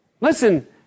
Listen